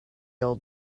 old